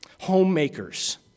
Homemakers